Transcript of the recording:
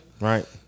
right